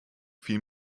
viel